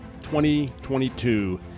2022